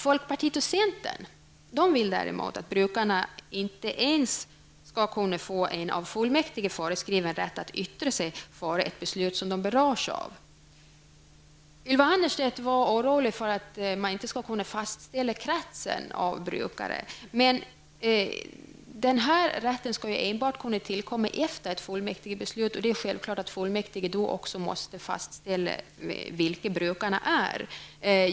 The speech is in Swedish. Folkpartiet och centern vill däremot att brukarna inte ens skall kunna få en av fullmäktige föreskriven rätt att yttra sig före ett beslut som de berörs av. Ylva Annerstedt var orolig för att man inte skall kunna fastställa kretsen av brukare, men rätten till brukarinflytande skall ju enbart tillkomma efter ett fullmäktigebeslut. Det är självklart att fullmäktige då också måste fastställa vilka brukarna är.